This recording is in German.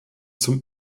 zum